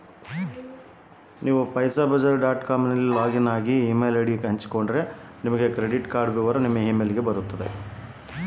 ನನಗೆ credit card ವಿವರ email ಗೆ ಬರೋ ಹಾಗೆ ಮಾಡಿಕೊಡ್ರಿ?